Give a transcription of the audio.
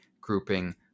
grouping